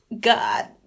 God